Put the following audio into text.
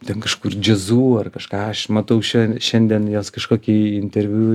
ten kažkur džiazu ar kažką aš matau šian šiandien jos kažkokį interviu